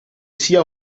sia